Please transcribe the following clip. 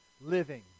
living